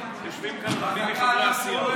יושבים כאן רבים מחברי הסיעה.